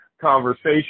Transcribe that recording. conversation